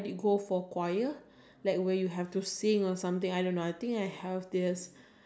is not that serious is like you have to bring your badminton racket and you have to bring your shuttlecock